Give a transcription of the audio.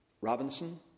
Robinson